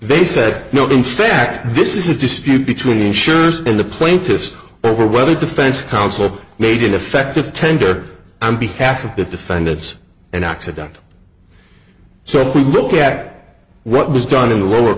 they said no in fact this is a dispute between insurers and the plaintiffs over whether defense counsel made ineffective tender i'm behalf of the defendants and accident so if we look at what was done in the